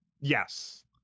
Yes